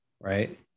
right